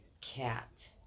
cat